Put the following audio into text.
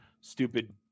stupid